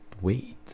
wait